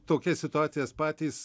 tokias situacijas patys